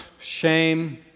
shame